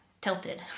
tilted